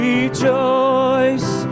Rejoice